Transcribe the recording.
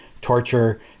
torture